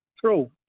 True